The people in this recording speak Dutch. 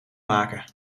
maken